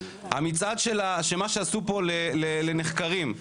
המצעד שעשו פה לנחקרים.